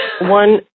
one